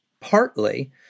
partly